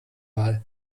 wahl